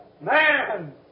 Man